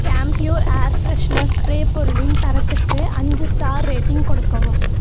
கேம்ப்யூர் air freshener spray பொருளின் தரத்துக்கு அஞ்சு ஸ்டார் ரேட்டிங் கொடுக்கவும்